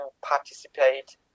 participate